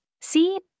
See